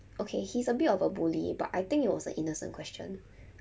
okay he's a bit of a bully but I think it was a innocent question